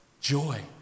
joy